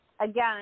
Again